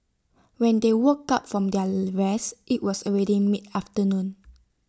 when they woke up from their rest IT was already mid afternoon